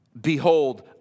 behold